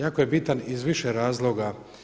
Jako je bitan iz više razloga.